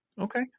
Okay